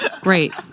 Great